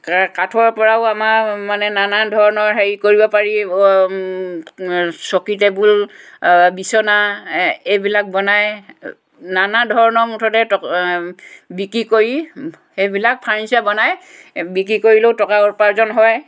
কা কাঠৰ পৰাও আমাৰ মানে নানা ধৰণৰ হেৰি কৰিব পাৰি চকী টেবুল বিচনা এইবিলাক বনাই নানা ধৰণৰ মুঠতে ট বিক্ৰী কৰি সেইবিলাক ফাৰ্নিচাৰ বনাই বিক্ৰী কৰিলেও টকা উপাৰ্জন হয়